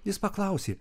jis paklausė